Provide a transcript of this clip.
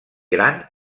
gran